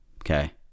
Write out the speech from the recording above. okay